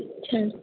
अच्छा